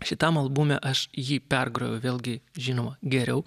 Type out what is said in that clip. šitam albume aš jį pergrojau vėlgi žinoma geriau